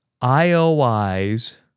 IOI's-